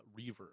reverb